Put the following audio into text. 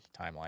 timeline